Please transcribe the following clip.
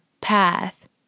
path